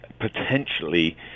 potentially